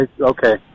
Okay